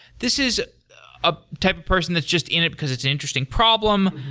this is a type of person that's just in it because it's an interesting problem.